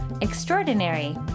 extraordinary